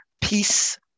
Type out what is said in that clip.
peace